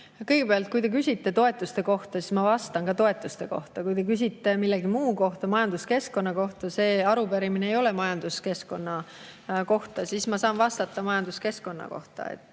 Kõigepealt, kui te küsite toetuste kohta, siis ma vastan ka toetuste kohta. Kui te küsite millegi muu kohta, majanduskeskkonna kohta – see arupärimine ei ole majanduskeskkonna kohta –, siis ma saan vastata majanduskeskkonna kohta.